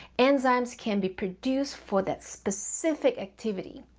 enzymes can be produced for that specific activity.